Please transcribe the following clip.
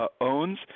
owns